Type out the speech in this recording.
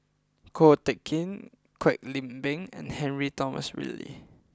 Ko Teck Kin Kwek Leng Beng and Henry Nicholas Ridley